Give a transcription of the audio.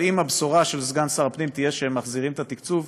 אבל אם הבשורה של סגן שר הפנים תהיה שהם מחזירים את התקצוב,